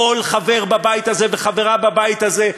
כל חבר בבית הזה וחברה בבית הזה,